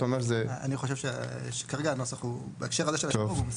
אני חושב שהנוסח בהקשר הזה הוא בסדר.